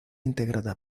integrada